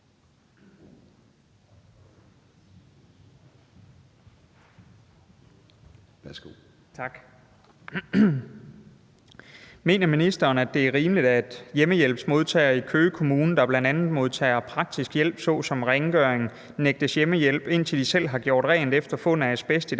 Mener ministeren, at det er rimeligt, at hjemmehjælpsmodtagere i Køge Kommune, der bl.a. modtager praktisk hjælp såsom rengøring, nægtes hjemmehjælp, indtil de selv har gjort rent efter fund af asbest i deres